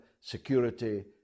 security